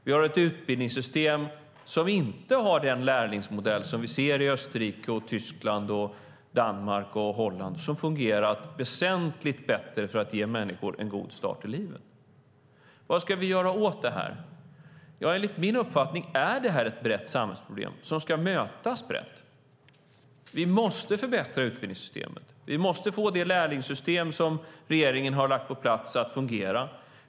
Vi har ett utbildningssystem som inte har den lärlingsmodell som vi ser i Österrike, Tyskland, Danmark och Holland som har fungerat väsentligt bättre för att ge människor en god start i livet. Vad ska vi göra åt det här? Enligt min uppfattning är det ett brett samhällsproblem som ska mötas brett. Vi måste förbättra utbildningssystemet. Vi måste få det lärlingssystem som regeringen har lagt på plats att fungera.